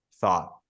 thought